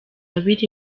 biri